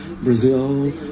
Brazil